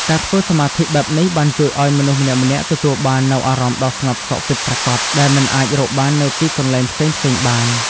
ការធ្វើសមាធិបែបនេះបានជួយឲ្យមនុស្សម្នាក់ៗទទួលបាននូវអារម្មណ៍ដ៏ស្ងប់សុខពិតប្រាកដដែលមិនអាចរកបាននៅទីកន្លែងផ្សេងៗបាន។